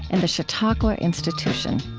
and the chautauqua institution